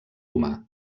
humà